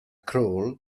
crawl